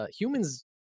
humans